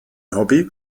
hobby